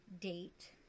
date